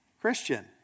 Christian